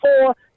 Four